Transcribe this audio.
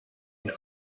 and